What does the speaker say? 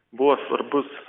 buvo svarbus